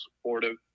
supportive